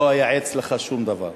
לא אייעץ לך שום דבר,